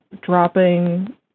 dropping